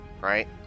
Right